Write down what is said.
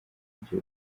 ariko